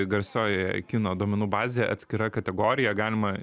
garsiojoje kino duomenų bazėje atskira kategorija galima